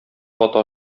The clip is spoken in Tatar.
ата